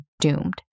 doomed